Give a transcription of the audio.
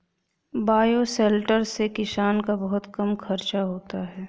bioshelter से किसान का बहुत कम खर्चा होता है